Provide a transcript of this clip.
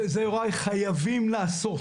את זה חובה לעשות.